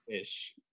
ish